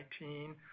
2019